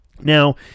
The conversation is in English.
Now